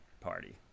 party